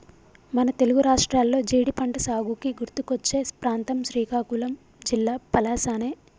మన తెలుగు రాష్ట్రాల్లో జీడి పంటసాగుకి గుర్తుకొచ్చే ప్రాంతం శ్రీకాకుళం జిల్లా పలాసనే